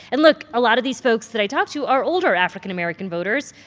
and look a lot of these folks that i talked to are older african american voters,